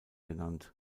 genannt